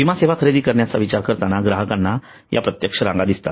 विमा सेवा खरेदी करण्याचा विचार करताना ग्राहकांना या प्रत्यक्ष रांगा दिसतात